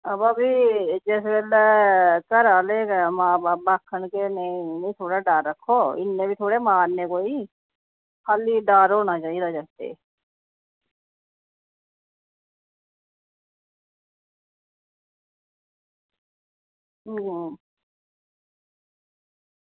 अवा भी जिस बेल्लै घरा आह्ले गै मां बब्ब आखन कि नेईं इ'नेंगी थोह्ड़ा डर रक्खो इन्ने बी थोह्ड़े मारने कोई खाल्ली डर होना चाहिदा जागतें ई